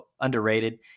underrated